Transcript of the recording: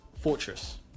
fortress